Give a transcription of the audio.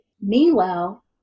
Meanwhile